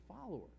follower